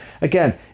again